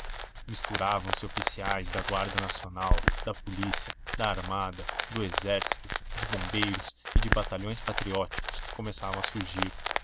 como moscas misturavam-se oficiais da guarda nacional da polícia da armada do exército de bombeiros e de batalhões patrióticos que começavam a surgir